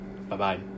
bye-bye